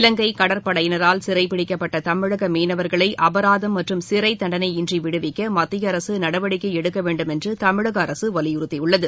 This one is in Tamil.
இலங்கை கடற்படையினரால் சிறை பிடிக்கப்பட்ட தமிழக மீனவர்களை அபராதம் மற்றும் சிறை தண்டனை இன்றி விடுவிக்க மத்திய அரசு நடவடிக்கை எடுக்கவேண்டும் என்று தமிழக அரசு வலியுறுத்தியுள்ளது